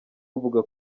uvuga